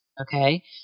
okay